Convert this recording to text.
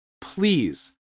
please